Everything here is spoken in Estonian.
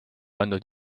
andnud